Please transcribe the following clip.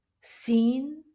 seen